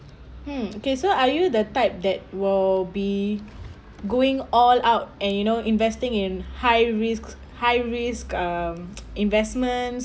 mm okay so are you the type that will be going all out and you know investing in high risk high risk um investments